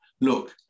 look